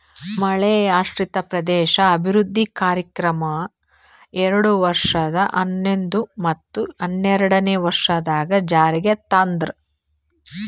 ಮಳೆಯಾಶ್ರಿತ ಪ್ರದೇಶ ಅಭಿವೃದ್ಧಿ ಕಾರ್ಯಕ್ರಮ ಎರಡು ಸಾವಿರ ಹನ್ನೊಂದು ಮತ್ತ ಹನ್ನೆರಡನೇ ವರ್ಷದಾಗ್ ಜಾರಿಗ್ ತಂದ್ರು